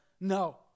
No